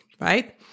right